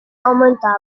aumentava